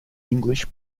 english